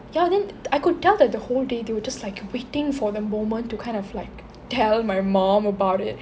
ya then I could tell that the whole day they were just like waiting for the moment to kind of like tell my mum about it